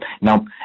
Now